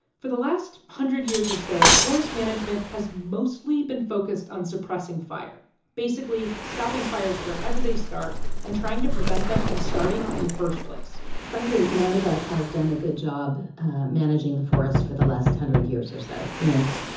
for the last hundred years or so, forest management has mostly been focused on suppressing fire basically, stopping fires wherever they start and trying to prevent them from starting in the first place frankly, none of us has done a good job managing the forests for the last hundred years or so and,